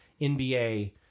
NBA